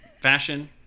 fashion